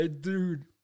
dude